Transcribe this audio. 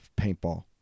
paintball